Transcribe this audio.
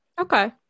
Okay